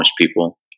people